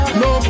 no